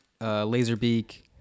Laserbeak